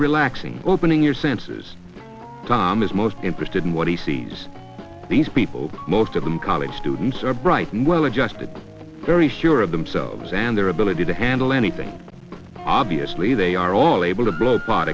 relaxing opening your senses tom is most interested in what he sees these people most of them college students are bright and well adjusted very sure of themselves and their ability to handle anything obviously they are all able to blood